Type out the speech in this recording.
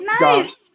Nice